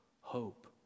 hope